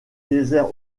désert